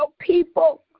people